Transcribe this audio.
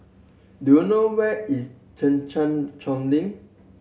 do you know where is Thekchen Choling